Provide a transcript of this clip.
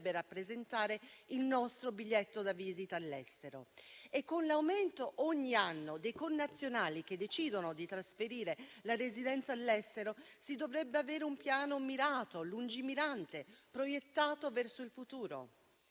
rappresentare, il nostro biglietto da visita all'estero. E con l'aumento ogni anno dei connazionali che decidono di trasferire la residenza all'estero, si dovrebbe avere un piano mirato e lungimirante proiettato verso il futuro.